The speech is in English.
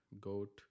goat